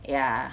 ya